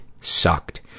sucked